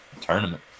tournament